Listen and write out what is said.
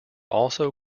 also